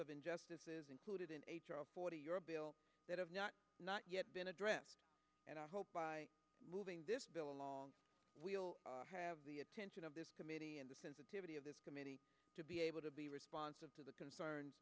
injustices included in a forty year bill that have not yet been addressed and i hope by moving this bill along we'll have the attention of this committee and the sensitivity of this committee to be able to be responsive to the concerns